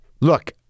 Look